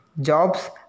jobs